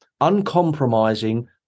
uncompromising